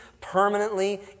permanently